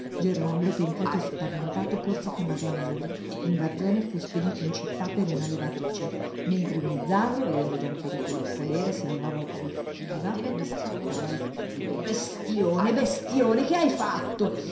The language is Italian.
gerlando pentito spaventato corse a chiamar la madre un garzone fu spedito in città per una levatrice mentre il mezzadro vedendo già in pericolo il podere se la nuora abortiva bistrattava il figlio bestione bestione che hai fatto